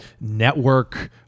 network